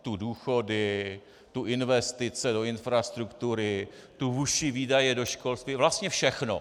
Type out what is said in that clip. Tu důchody, tu investice do infrastruktury, tu vyšší výdaje do školství, vlastně všechno.